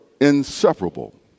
inseparable